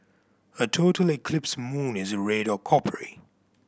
a total eclipse moon is red or coppery